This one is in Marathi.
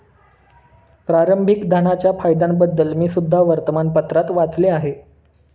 प्रारंभिक धनाच्या फायद्यांबद्दल मी सुद्धा वर्तमानपत्रात वाचले आहे